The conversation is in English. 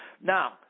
Now